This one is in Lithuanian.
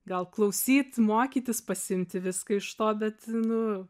gal klausyt mokytis pasiimti viską iš to bet nu